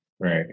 Right